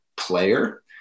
player